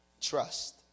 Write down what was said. Trust